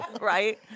Right